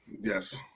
yes